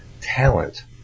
talent